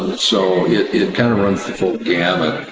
so it it kind of runs the full gamut.